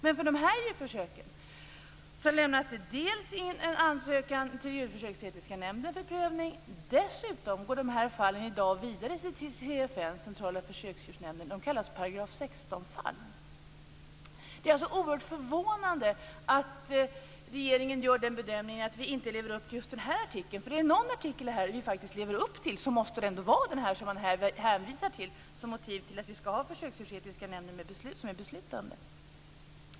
Men för de här djurförsöken lämnas det in en ansökan till djurförsöksetiska nämnden för prövning, dessutom går de här fallen i dag vidare till CFN, Centrala försöksdjursnämnden. De kallas § 16-fall. Det är alltså oerhört förvånande att regeringen gör den bedömningen att vi inte lever upp till just den här artikeln. Är det någon artikel vi faktiskt lever upp till måste det ändå vara den här, som man hänvisar till som motiv till att vi skall ha försöksdjursetiska nämnder som är beslutande.